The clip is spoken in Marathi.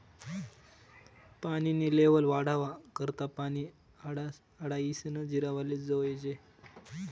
पानी नी लेव्हल वाढावा करता पानी आडायीसन जिरावाले जोयजे